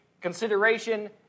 consideration